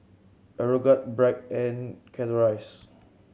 Aeroguard Bragg and Chateraise